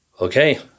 okay